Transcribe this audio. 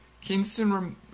Kingston